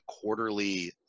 quarterly